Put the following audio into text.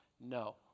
no